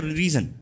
reason